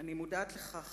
אני מודעת לכך